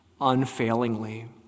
unfailingly